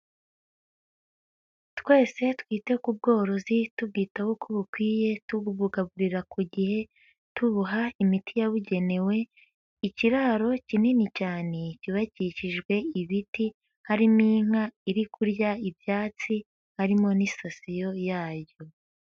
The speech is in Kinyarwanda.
Twese twite ku bworozi tubwitaho uko bukwiye, tubugaburira ku gihe, tubuha imiti yabugenewe, ikiraro kinini cyane cyubakishijwe ibiti, harimo inka iri kurya ibyatsi, harimo n'isasiyo yayo.